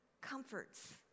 comforts